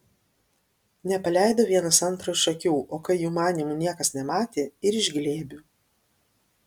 nepaleido vienas antro iš akių o kai jų manymu niekas nematė ir iš glėbių